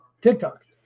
TikTok